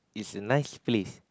it's a nice place